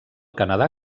canadà